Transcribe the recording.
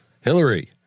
Hillary